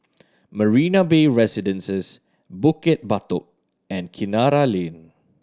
Marina Bay Residences Bukit Batok and Kinara Lane